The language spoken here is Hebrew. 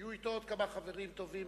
היו אתו עוד כמה חברים טובים